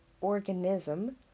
organism